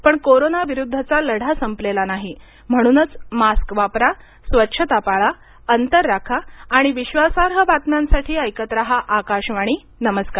पण कोरोना विरुद्धचा लढा संपलेला नाही म्हणूनच मास्क वापरा स्वच्छता पाळा अंतर राखा आणि विश्वासार्ह बातम्यांसाठी ऐकत राहा आकाशवाणी नमस्कार